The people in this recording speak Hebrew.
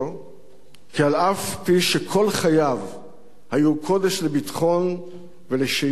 כי אף-על-פי שכל חייו היו קודש לביטחון ולשירות המדינה,